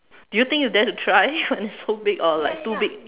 do you think you dare to try when it's so big or like too big